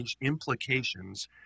implications